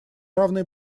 равные